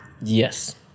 Yes